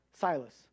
Silas